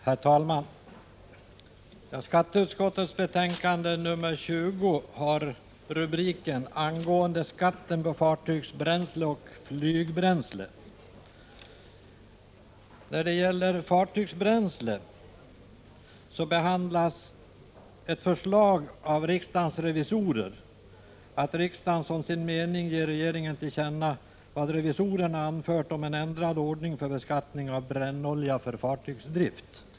Herr talman! Skatteutskottets betänkande 20 har rubriken angående skatten på fartygsbränsle och flygbränsle. Utskottet har behandlat ett förslag från riksdagens revisorer. I detta förslag sägs att riksdagen som sin mening bör ge regeringen till känna vad revisorerna anfört om en ändrad ordning för beskattning av brännolja för fartygsdrift.